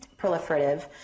proliferative